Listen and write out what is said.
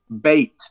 bait